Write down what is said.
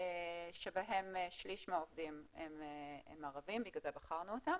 שבהם שליש מהעובדים הם ערבים, בגלל זה בחרנו אותם.